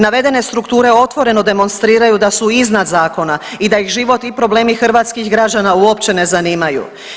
Navedene strukture otvoreno demonstriraju da su iznad zakona i da ih životni problemi hrvatskih građana uopće ne zanimaju.